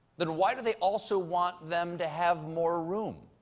then why do they also want them to have more room.